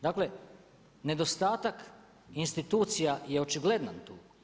Dakle nedostatak institucija je očigledan tu.